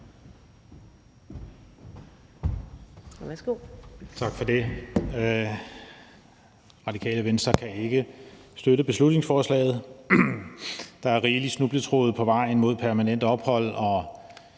Tak for det. Radikale Venstre kan ikke støtte beslutningsforslaget. Der er rigeligt med snubletråde på vejen mod permanent ophold